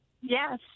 Yes